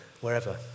wherever